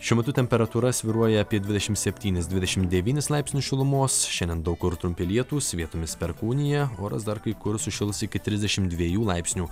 šiuo metu temperatūra svyruoja apie dvidešim septynis dvidešim devynis laipsnius šilumos šiandien daug kur trumpi lietūs vietomis perkūnija oras dar kai kur sušils iki trisdešim dviejų laipsnių